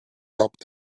topped